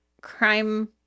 crime